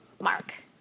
Mark